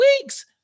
weeks